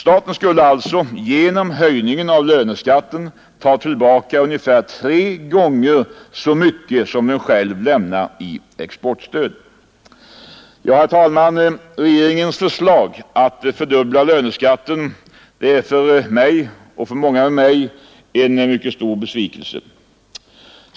Staten skulle alltså genom höjningen av löneskatten ta tillbaka ungefär tre gånger så mycket som den själv lämnar i exportstöd. Ja, herr talman, regeringens förslag att fördubbla löneskatten är för mig och för många med mig en mycket stor besvikelse.